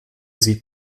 sieht